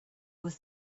was